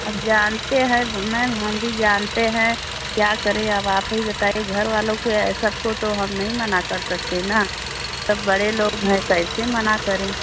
अब जानते हैं मैम हम भी जानते हैं क्या करें अब आप ही बताए घरवालों को सब को तो हम नहीं मना कर सकते ना सब बड़े लोग हैं कैसे मना करें